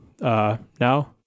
now